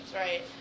right